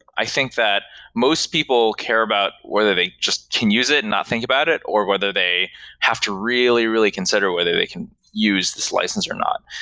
i think that most people care about whether they just can use it and not think about it, or whether they have to really, really consider whether they can use this license or not.